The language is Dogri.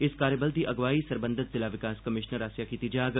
इस कार्यबल दी अगुवाई सरबंघत जिला विकास कमिशनर आसेआ कीती जाग